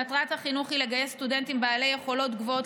מטרת התוכנית היא לגייס סטודנטים בעלי יכולות גבוהות